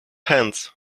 hands